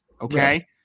Okay